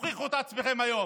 תוכיחו את עצמכם היום.